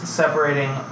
separating